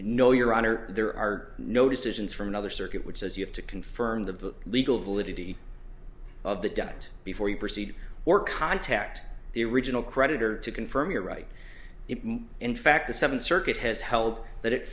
no your honor there are no decisions from another circuit which says you have to confirm the book legal validity of the done it before you proceed or contact the original creditor to confirm you're right if in fact the seventh circuit has held that it